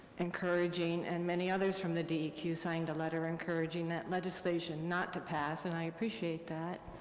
encouraging, and many others from the deq yeah signed a letter, encouraging that legislation not to pass, and i appreciate that.